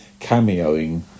cameoing